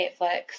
Netflix